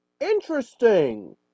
Interesting